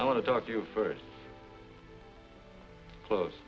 i want to talk to you first close